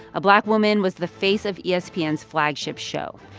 a black woman was the face of espn's flagship show.